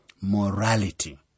Morality